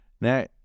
Now